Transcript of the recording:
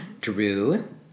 Drew